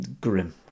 Grim